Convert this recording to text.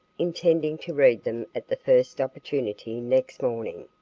intending to read them at the first opportunity next morning.